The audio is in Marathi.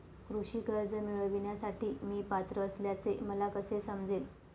कृषी कर्ज मिळविण्यासाठी मी पात्र असल्याचे मला कसे समजेल?